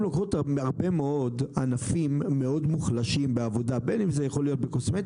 הם לוקחות מהרבה מאוד ענפים מאוד מוחלשים בעבודה קוסמטיקה,